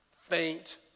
faint